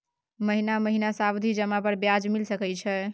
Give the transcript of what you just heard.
महीना महीना सावधि जमा पर ब्याज मिल सके छै?